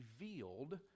revealed